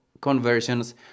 conversions